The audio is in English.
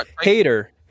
hater